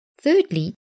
Thirdly